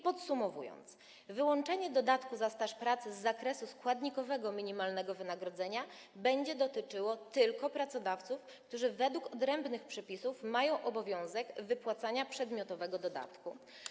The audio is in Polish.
Podsumowując, wyłączenie dodatku za staż pracy z zakresu składnikowego minimalnego wynagrodzenia będzie dotyczyło tylko pracodawców, którzy według odrębnych przepisów mają obowiązek wypłacania przedmiotowego dodatku.